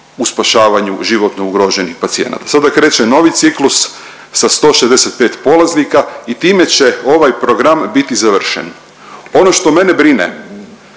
u spašavanju životno ugroženih pacijenata. Sada kreće novi ciklus sa 165 polaznika i time će ovaj program biti završen. Ono što mene brine